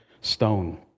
stone